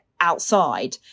outside